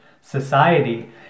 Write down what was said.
Society